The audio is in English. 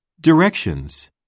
Directions